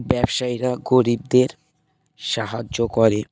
ব্যবসায়ীরা গরিবদের সাহায্য করে